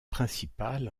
principal